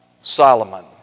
Solomon